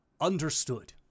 Understood